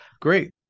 Great